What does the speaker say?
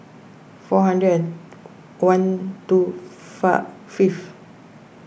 four hundred one two far fifth